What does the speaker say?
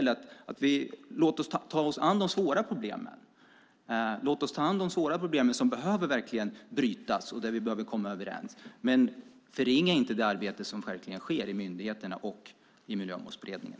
Låt oss ta oss an de svåra problem som verkligen behöver diskuteras och där vi behöver komma överens och förringa inte det arbete som sker i myndigheterna och i Miljömålsberedningen!